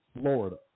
Florida